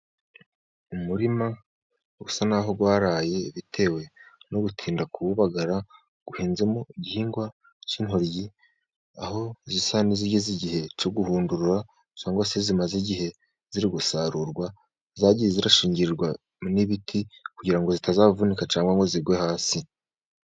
Umurima usa naho waraye bitewe no gutinda kuwugara, uhinzemo igihingwa cy'intoryi, aho zisa n'izigeze igihe cyo guhudurura cyangwa se zimaze igihe ziri gusarurwa. Zagiye zirashingirirwa n'ibiti kugira ngo zitazavunika cyangwa ngo zigwe hasi.